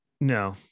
No